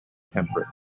temperate